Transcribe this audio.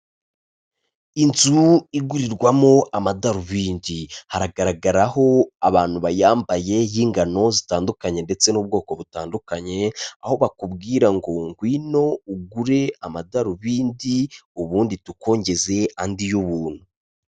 Inzu igurirwamo amadarubindi haragaragaraho abantu bayambaye y'ingano zitandukanye ndetse n'ubwoko butandukanye, aho bakubwira ngo ngwino ugure amadarubindi ubundi tukongeze andi y'ubuntu.